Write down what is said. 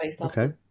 Okay